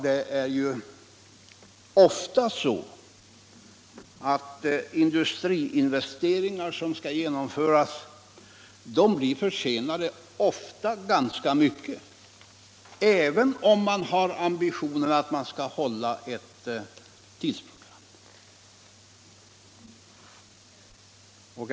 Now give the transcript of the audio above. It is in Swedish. Det är ofta så att industriinvesteringar som skall genomföras blir försenade och ofta ganska mycket, även om man har ambitionerna att hålla ett tidsprogram.